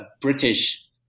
British